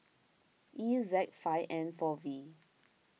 E Z five N four V